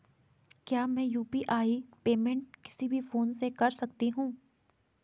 क्या मैं UPI payment किसी भी फोन से कर सकता हूँ?